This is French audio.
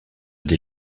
des